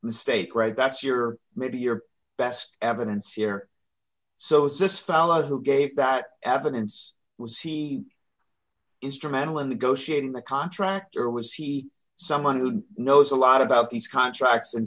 mistake right that's your maybe your best evidence here so is this fellow who gave that evidence was instrumental in negotiating the contract or was he someone who knows a lot about these contracts and